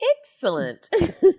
Excellent